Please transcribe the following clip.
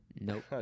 Nope